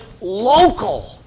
local